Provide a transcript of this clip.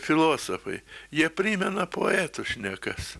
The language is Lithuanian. filosofai jie primena poetų šnekas